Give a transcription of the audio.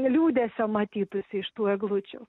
liūdesio matytųsi iš tų eglučių